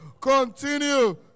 Continue